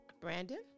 Brandon